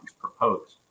proposed